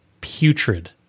putrid